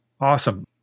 Awesome